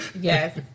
yes